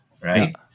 right